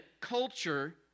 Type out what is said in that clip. culture